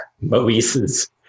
Moise's